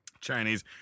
Chinese